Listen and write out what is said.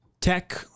Tech